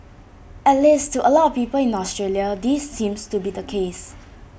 at least to A lot of people in Australia this seems to be the case